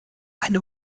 eine